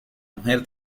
mujer